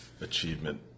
achievement